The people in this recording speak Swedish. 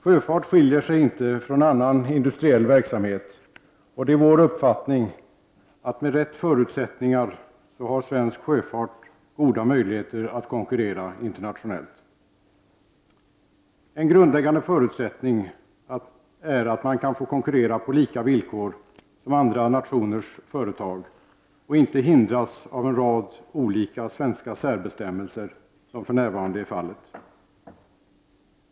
Sjöfart skiljer sig inte från annan industriell verksamhet, och det är vår uppfattning att svensk sjöfart med riktiga förutsättningar har goda möjligheter att konkurrera internationellt. En grundläggande förutsättning är att man kan få konkurrera på lika villkor som andra nationers företag och inte hindras av en rad olika svenska särbestämmelser, som för närvarande är fallet.